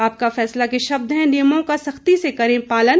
आपका फैसला के शब्द हैं नियमों का सख्ती से करें पालन